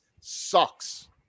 sucks